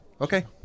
Okay